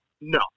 no